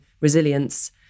resilience